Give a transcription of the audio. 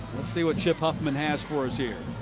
let's see what chip huffman has for us here.